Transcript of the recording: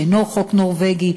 שאינו חוק נורבגי,